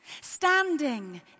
standing